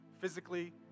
physically